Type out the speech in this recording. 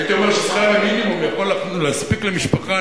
הייתי אומר ששכר המינימום יכול להספיק למשפחה,